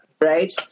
right